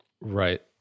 Right